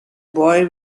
boy